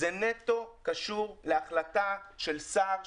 זה נטו קשור להחלטה של שר,